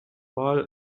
mal